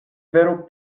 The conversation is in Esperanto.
vero